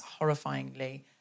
horrifyingly